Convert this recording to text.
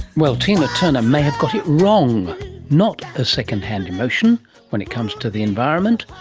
well, tina turner may have got it wrong not a second-hand emotion when it comes to the environment.